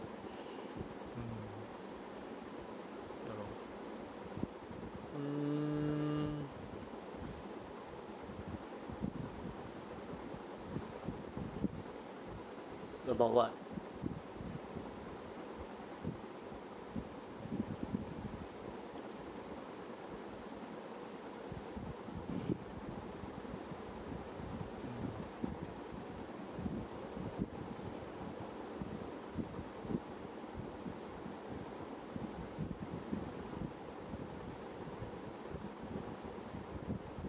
mm ya lor mm about what